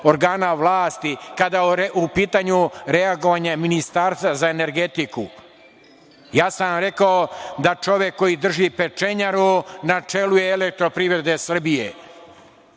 organa vlasti, kada je u pitanju reagovanje Ministarstva za energetiku. Ja sam vam rekao da čovek koji drži pečenjaru na čelu je „Elektroprivrede Srbije“.